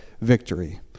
victory